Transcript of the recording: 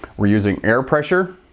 we're using air pressure,